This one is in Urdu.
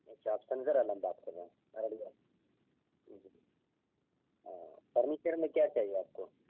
اچھا آپ سنظر عالم بات کر رہے ہیں رڈی آ جی فرنیچر میں کیا چاہیے آپ کو